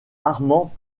armand